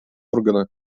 органа